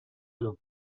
علوم